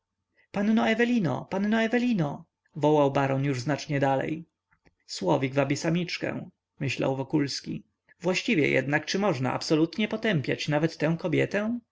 panno ewelino panno ewelino wołał baron już znacznie dalej słowik wabi samiczkę myślał wokulski właściwie jednak czy można absolutnie potępiać nawet tę kobietę